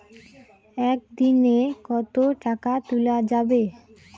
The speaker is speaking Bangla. একদিন এ কতো টাকা তুলা যাবে?